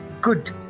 good